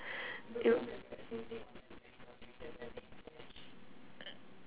uh